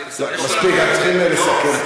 אני רק אשיב לך,